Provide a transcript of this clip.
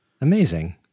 Amazing